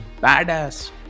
badass